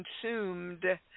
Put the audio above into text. consumed